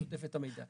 שוטף את המידע.